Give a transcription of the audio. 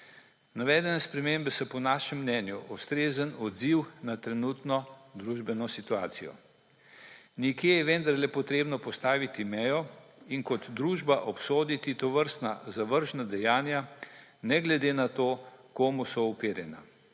Navedene spremembe so po našem mnenju ustrezen odziv na trenutno družbeno situacijo. Nekje je vendarle potrebno postaviti mejo in kot družba obsoditi tovrstna zavržna dejanja ne glede na to, proti komu so uperjena.